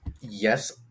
yes